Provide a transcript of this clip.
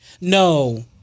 No